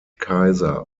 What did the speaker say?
kaiser